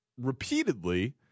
repeatedly